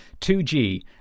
2G